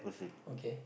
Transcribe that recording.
okay